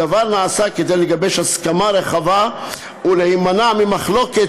הדבר נעשה כדי לגבש הסכמה רחבה ולהימנע ממחלוקת